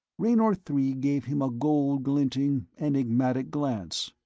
raynor three gave him a gold-glinting, enigmatic glance.